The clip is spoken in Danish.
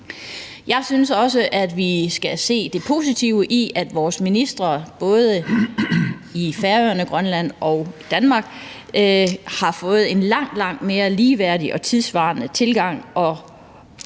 Jeg synes også, vi skal se det positive i, at vores ministre både på Færøerne og i Grønland og Danmark har fået en langt, langt mere ligeværdig og tidssvarende tilgang til den